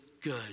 good